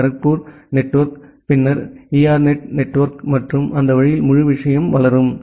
D Kharagpur network பின்னர் ERNET network மற்றும் அந்த வழியில் முழு விஷயம் வளரும்